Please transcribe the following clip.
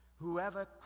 Whoever